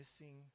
missing